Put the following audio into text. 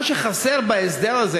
מה שחסר בהסדר הזה,